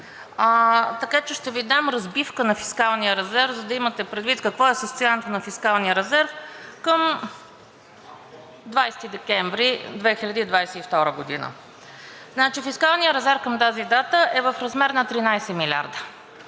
така че ще Ви дам разбивка на фискалния резерв, за да имате предвид какво е състоянието на фискалния резерв към 20 декември 2022 г. Фискалният резерв към тази дата е в размер на 13 милиарда,